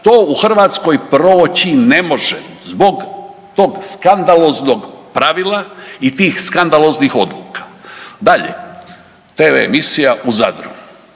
to u Hrvatskoj proći ne može zbog tog skandaloznog pravila i tih skandaloznih odluka. Dalje, tv emisija u Zadru.